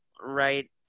right